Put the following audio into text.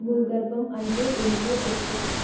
భూగర్భం అంటే ఏమిటో చెప్పు